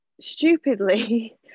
stupidly